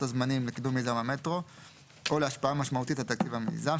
הזמנים לקידום מיזם המטרו או להשפעה משמעותית על תקציב המיזם,